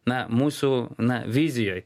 na mūsų na vizijoj